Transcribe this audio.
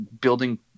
building